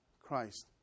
Christ